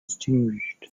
extinguished